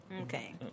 Okay